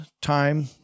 time